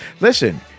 Listen